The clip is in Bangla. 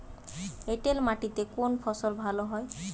এঁটেল মাটিতে কোন ফসল ভালো হয়?